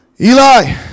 Eli